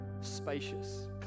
spacious